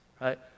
right